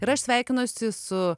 ir aš sveikinuosi su